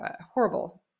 horrible